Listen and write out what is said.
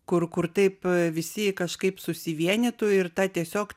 kur kur taip visi kažkaip susivienytų ir ta tiesiog